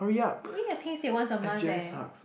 you only have 听写 once a month eh